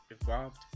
evolved